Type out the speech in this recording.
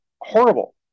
horrible